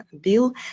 Bill